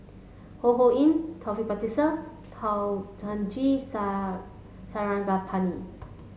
Ho Ho Ying Taufik Batisah Thamizhavel G Sar Sarangapani